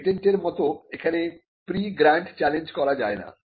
patent এর মত এখানে প্রিগ্র্যান্ট চ্যালেঞ্জ করা যায় না